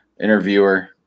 interviewer